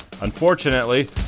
Unfortunately